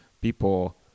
people